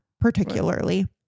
particularly